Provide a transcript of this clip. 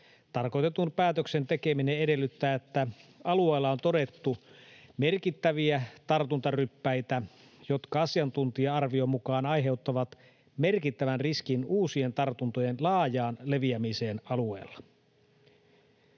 tarkoitetun päätöksen tekeminen edellyttää, että alueella on todettu merkittäviä tartuntaryppäitä, jotka asiantuntija-arvion mukaan aiheuttavat merkittävän riskin uusien tartuntojen laajaan leviämiseen alueella.